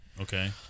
Okay